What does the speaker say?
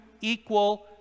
equal